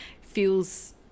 feels